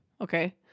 okay